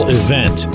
event